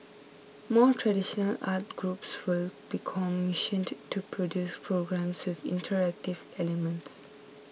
more traditional arts groups will be commissioned to produce programmes with interactive elements